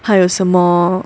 还有什么